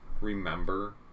remember